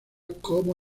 como